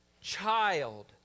child